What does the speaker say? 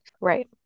Right